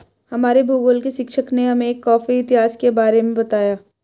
हमारे भूगोल के शिक्षक ने हमें एक कॉफी इतिहास के बारे में बताया